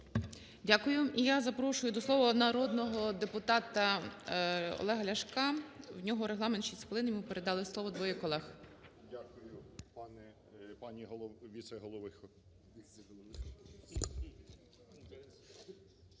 Дякую. І я запрошую до слова народного депутата Олега Ляшка. В нього регламент 6 хвилин. Йому передали слово двоє колег.